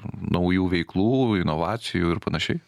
naujų veiklų inovacijų ir panašiai